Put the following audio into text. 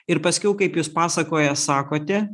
ir paskiau kaip jūs pasakoje sakote